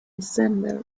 december